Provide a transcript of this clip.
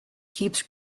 keeps